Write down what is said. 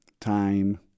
time